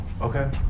okay